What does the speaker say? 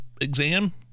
exam